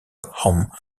home